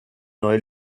neue